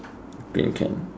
bin can